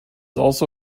also